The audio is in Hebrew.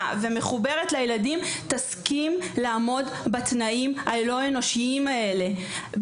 ומחוברת לילדים שתסכים לעמוד בתנאים הלא אנושיים האלה.